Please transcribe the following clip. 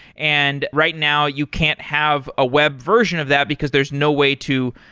and right now you can't have a web version of that, because there's no way to,